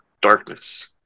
darkness